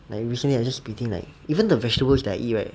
like recently I just been eating like even the vegetables that I eat right